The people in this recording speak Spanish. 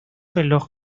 reloj